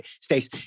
Stace